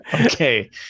okay